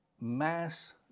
mass